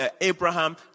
Abraham